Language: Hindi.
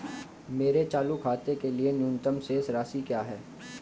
मेरे चालू खाते के लिए न्यूनतम शेष राशि क्या है?